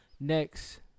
Next